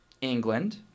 England